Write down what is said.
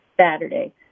Saturday